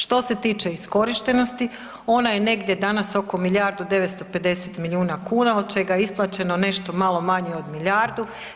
Što se tiče iskorištenosti ona je negdje danas oko milijardu 950 miliona kuna od čega je isplaćeno nešto malo manje od milijardu.